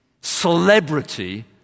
celebrity